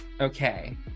Okay